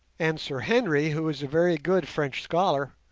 and sir henry, who is a very good french scholar,